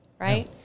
Right